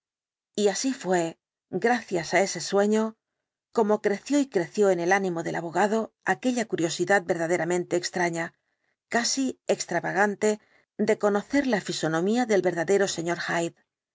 y así fué gracias á ese sueño como creció y creció en el ánimo del abogado aquella curiosidad verdaderamente extraña casi extravagante de conocer la fisonomía del verdadero sr